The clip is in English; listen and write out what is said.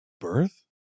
birth